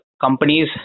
companies